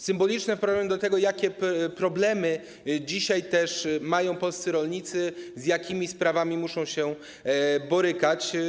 Symboliczne w porównaniu z tym, jakie problemy dzisiaj mają polscy rolnicy, z jakimi sprawami muszą się borykać.